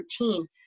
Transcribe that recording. routine